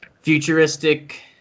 Futuristic